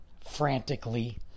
frantically